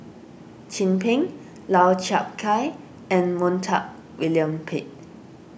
Chin Peng Lau Chiap Khai and Montague William Pett